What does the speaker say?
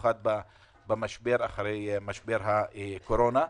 במיוחד במשבר הקורונה,